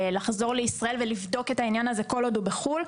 לחזור לישראל ולבדוק את העניין הזה כל עוד הוא בחוץ לארץ.